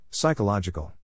Psychological